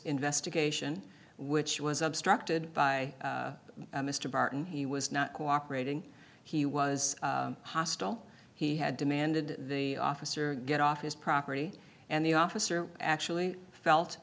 investigation which was obstructed by mr barton he was not cooperating he was hostile he had demanded the officer get off his property and the officer actually felt